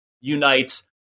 unites